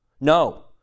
no